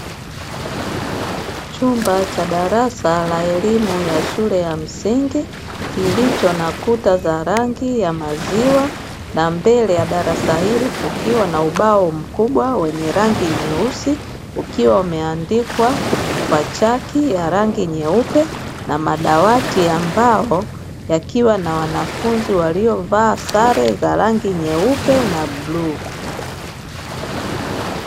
Chumba cha darasa la elimu ya shule ya msingi kilicho na kuta za rangi ya maziwa na mbele ya darasa hilo kukiwa na ubao mkubwa wenye rangi nyeusi, ukiwa umeandikwa kwa chaki ya rangi nyeupe; na madawati ya mbao yakiwa na wanafunzi waliovaa sare za rangi nyeupe na bluu.